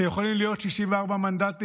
אתם יכולים להיות 64 מנדטים,